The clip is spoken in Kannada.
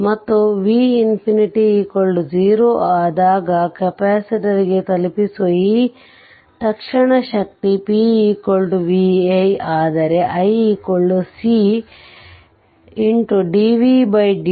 ಮತ್ತು v0 ಆದಾಗ ಕೆಪಾಸಿತರ್ ಗೆ ತಲುಪಿಸುವ ಈ ತತ್ಕ್ಷಣದ ಶಕ್ತಿ p v i ಆದರೆ i c dvdt